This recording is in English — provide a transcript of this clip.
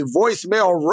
voicemail